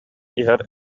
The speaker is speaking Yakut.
иһэр